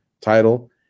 title